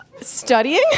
studying